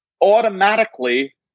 automatically